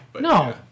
No